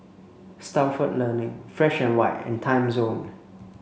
Stalford Learning Fresh White and Timezone